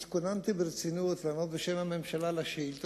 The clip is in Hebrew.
התכוננתי ברצינות לענות בשם הממשלה על השאילתות,